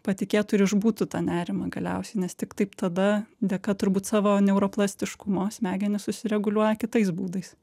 patikėtų ir išbūtų tą nerimą galiausiai nes tik taip tada dėka turbūt savo neuroplastiškumo smegenys susireguliuoja kitais būdais